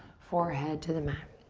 forehead to the mat.